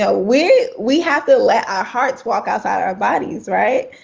ah we we have to let our hearts walk outside our bodies, right?